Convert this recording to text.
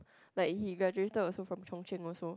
like he graduated also from Chung-Cheng also